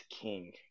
king